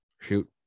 Shoot